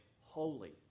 holy